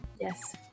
Yes